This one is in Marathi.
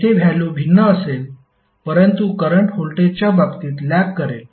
येथे व्हॅल्यु भिन्न असेल परंतु करंट व्होल्टेजच्या बाबतीत लॅग करेल